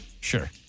Sure